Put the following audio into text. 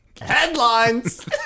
Headlines